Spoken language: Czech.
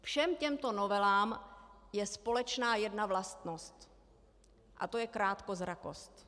Všem těmto novelám je společná jedna vlastnost a to je krátkozrakost.